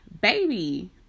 baby